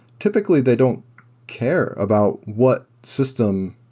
typically, they don't care about what system.